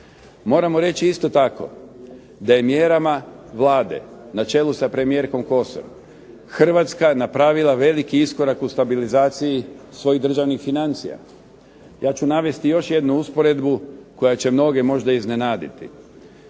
Moramo reći isto tako da je mjerama Vlade, na čelu sa premijerkom Kosor, Hrvatska napravila veliki iskorak u stabilizaciji svojih državnih financija. Ja ću navesti još jednu usporedbu koja će mnoge iznenaditi.